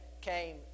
came